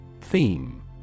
Theme